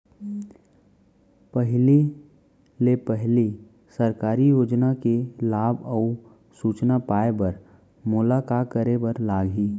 पहिले ले पहिली सरकारी योजना के लाभ अऊ सूचना पाए बर मोला का करे बर लागही?